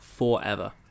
forever